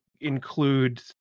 include